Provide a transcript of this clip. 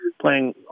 playing